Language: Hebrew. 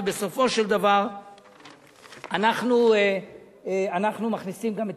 ובסופו של דבר אנחנו מכניסים גם את